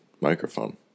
microphone